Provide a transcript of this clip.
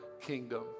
kingdom